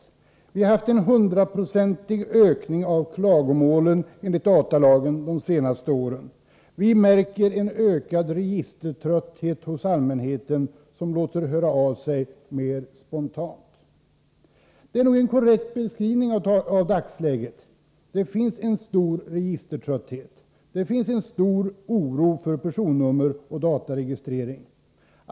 Vi har haft en 100-procentig ökning av klagomålen enligt datalagen de senaste åren. Vi märker en ökad registertrötthet hos allmänheten, som låter höra av sig mer spontant.” Detta är nog en korrekt beskrivning av dagsläget. Det finns en stor registertrötthet. Det finns en stor oro för personnummer och dataregistrering.